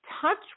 touch